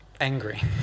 Angry